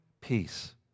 peace